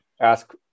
ask